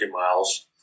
miles